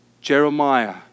Jeremiah